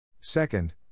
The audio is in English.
Second